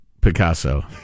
Picasso